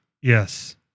Yes